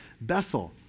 Bethel